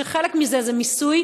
וחלק מזה זה מיסוי,